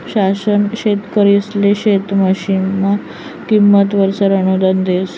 शासन शेतकरिसले शेत मशीनना किमतीसवर अनुदान देस